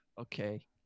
Okay